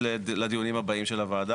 כי למזהמים של האדם יתנו תוקף של יאללה,